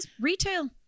retail